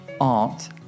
art